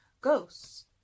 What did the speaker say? Ghosts